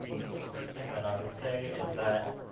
so the first thing that i would say is that